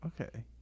Okay